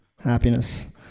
happiness